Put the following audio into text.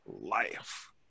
life